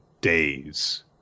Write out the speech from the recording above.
days